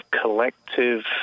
collective